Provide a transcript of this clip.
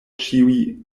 ĉiuj